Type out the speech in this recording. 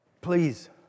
Please